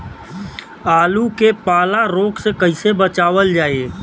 आलू के पाला रोग से कईसे बचावल जाई?